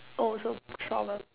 oh so trouble